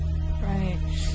Right